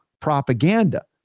propaganda